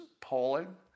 polling